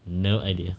no idea